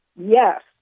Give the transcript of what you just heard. Yes